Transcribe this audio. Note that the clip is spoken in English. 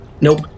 Nope